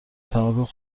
تمرکز